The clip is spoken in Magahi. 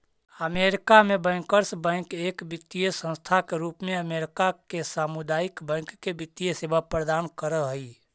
अमेरिका में बैंकर्स बैंक एक वित्तीय संस्था के रूप में अमेरिका के सामुदायिक बैंक के वित्तीय सेवा प्रदान कर हइ